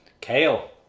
kale